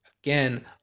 again